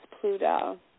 Pluto